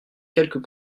quelques